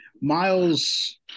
Miles